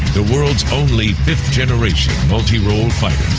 the world's only fifth-generation, multi-role fighter.